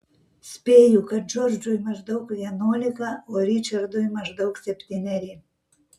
spėju kad džordžui maždaug vienuolika o ričardui maždaug septyneri